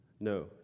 no